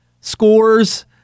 scores